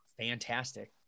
fantastic